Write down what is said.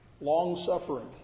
long-suffering